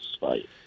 fight